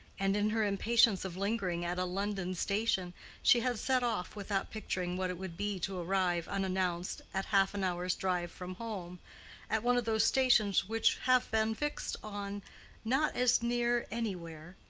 and in her impatience of lingering at a london station she had set off without picturing what it would be to arrive unannounced at half an hour's drive from home at one of those stations which have been fixed on not as near anywhere,